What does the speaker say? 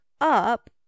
up